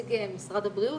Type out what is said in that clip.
נציג משרד הבריאות,